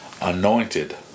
anointed